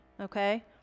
okay